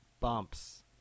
bumps